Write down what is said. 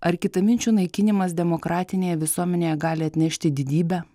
ar kitaminčių naikinimas demokratinėje visuomenėje gali atnešti didybę